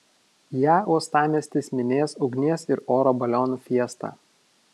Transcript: ją uostamiestis minės ugnies ir oro balionų fiesta